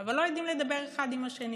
אבל לא יודעים לדבר אחד עם השני